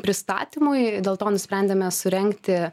pristatymui dėl to nusprendėme surengti